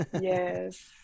Yes